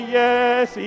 yes